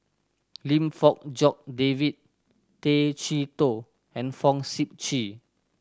Lim Fong Jock David Tay Chee Toh and Fong Sip Chee